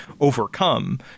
overcome